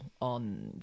on